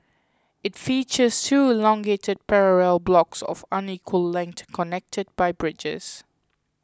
it features two elongated parallel blocks of unequal length connected by bridges